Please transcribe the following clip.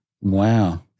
Wow